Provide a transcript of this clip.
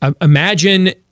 imagine